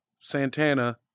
Santana